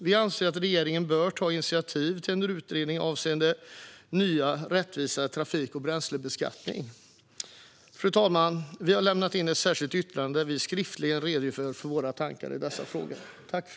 Vi anser att regeringen bör ta initiativ till en utredning avseende en ny rättvisare trafik och bränslebeskattning. Fru talman! Vi har lämnat ett särskilt yttrande där vi redogör för våra tankar i dessa frågor.